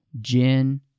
Jin